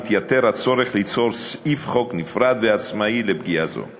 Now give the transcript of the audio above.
מתייתר הצורך ליצור סעיף חוק נפרד ועצמאי לפגיעה זו.